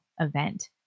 event